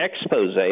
expose